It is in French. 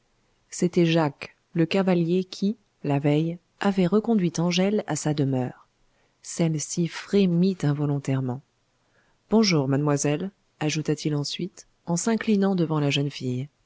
c'était jacques le cavalier qui la veille avait reconduit angèle à sa demeure celle-ci frémit involontairement bonjour mademoiselle ajouta-t-il ensuite en s'inclinant devant la jeune fille